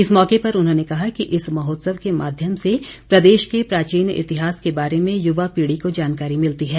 इस मौके पर उन्होंने कहा कि इस महोत्सव के माध्यम से प्रदेश के प्राचीन इतिहास के बारे में युवा पीढ़ी को जानकारी मिलती है